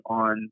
on